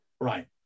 Right